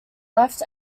left